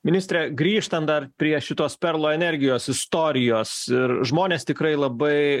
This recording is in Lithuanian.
ministre grįžtant dar prie šitos perlo energijos istorijos ir žmonės tikrai labai